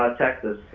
ah texas,